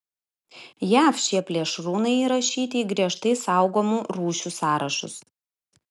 jav šie plėšrūnai įrašyti į griežtai saugomų rūšių sąrašus